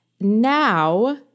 Now